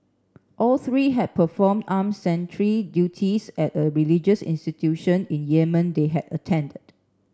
all three had performed armed sentry duties at a religious institution in Yemen they had attended